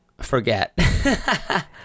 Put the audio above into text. Forget